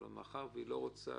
אבל מאחר שהיא רוצה